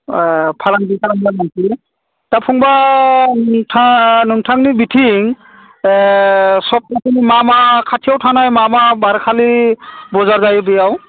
फालांगि खालामग्रा मानसि दा फंबाय आंहा नोंथांनि बिथिं सब्जिफोरनि मा मा खाथियाव थानाय मा मा बारखालि बाजार जायो बैयाव